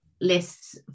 lists